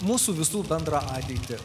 mūsų visų bendrą ateitį